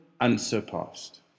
unsurpassed